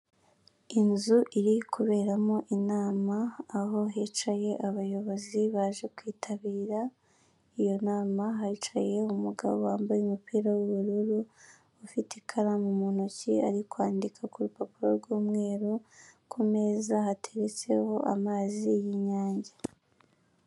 Inzu iri kuberamo inama aho hicaye abayobozi baje kwitabira, iyo nama hicaye umugabo wambaye umupira w'ubururu ufite ikaramu mu ntoki ari kwandika ku rupapuro rw'umweru, ku meza hateretseho amazi y'inyange.